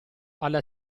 alla